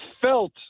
felt